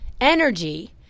energy